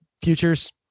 futures